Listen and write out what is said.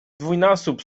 dwójnasób